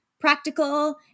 practical